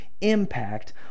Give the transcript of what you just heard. impact